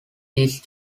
these